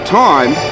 time